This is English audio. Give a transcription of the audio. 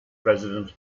president